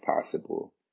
possible